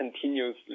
continuously